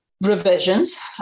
revisions